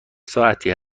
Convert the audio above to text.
ساعتی